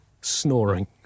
snoring